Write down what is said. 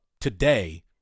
today